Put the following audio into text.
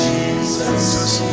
Jesus